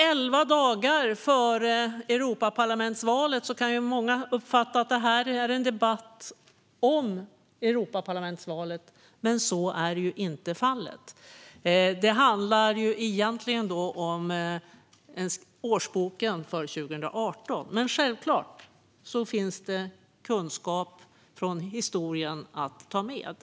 Elva dagar före Europaparlamentsvalet kan många uppfatta att detta är en debatt om just Europaparlamentsvalet, men så är inte fallet. Det handlar egentligen om årsboken för 2018, men självklart finns kunskap från historien att ta med.